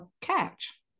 catch